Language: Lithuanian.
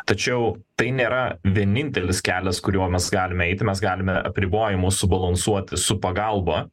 tačiau tai nėra vienintelis kelias kuriuo mes galime eiti mes galime apribojimus subalansuoti su pagalba